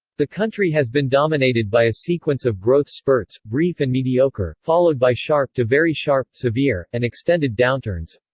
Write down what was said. the country has been dominated by a sequence of growth spurts, brief and mediocre, followed by sharp to very-sharp, severe, and extended downturns